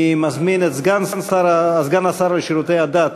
אני מזמין את סגן השר לשירותי הדת,